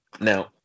Now